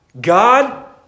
God